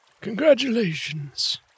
congratulations